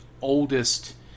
oldest